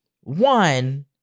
one